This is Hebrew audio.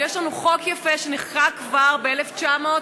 ויש לנו חוק יפה שנחקק כבר ב-1996,